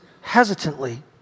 hesitantly